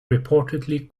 reportedly